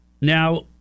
Now